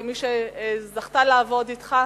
כמי שזכתה לעבוד אתך: